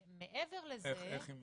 מעבר לזה --- איך היא משתכנעת?